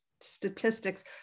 statistics